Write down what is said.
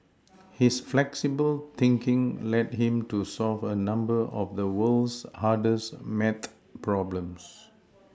his flexible thinking led him to solve a number of the world's hardest math problems